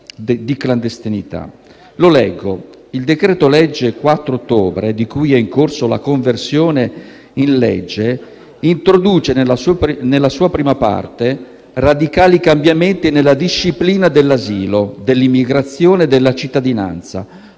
«Il decreto-legge 4 ottobre, di cui è in corso la conversione in legge, introduce nella sua prima parte radicali cambiamenti nella disciplina dell'asilo, dell'immigrazione e della cittadinanza,